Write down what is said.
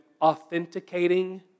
authenticating